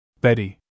Betty